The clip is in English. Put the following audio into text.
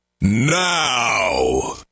now